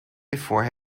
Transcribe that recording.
before